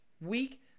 week